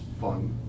fun